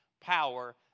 power